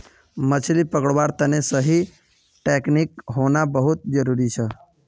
मछली पकड़वार तने सही टेक्नीक होना बहुत जरूरी छ